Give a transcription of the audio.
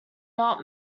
not